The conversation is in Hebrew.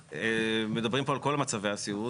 מדברים פה על כל מצבי הסיעוד,